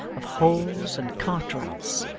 of holes and cart-ruts,